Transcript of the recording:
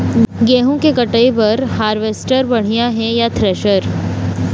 गेहूं के कटाई बर हारवेस्टर बढ़िया ये या थ्रेसर?